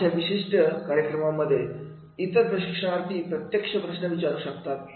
अशा विशिष्ट कार्यक्रमांमध्ये इतर प्रशिक्षणार्थी प्रत्यक्ष प्रश्न विचारू शकतात